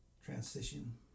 transition